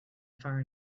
far